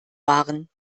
waren